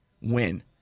win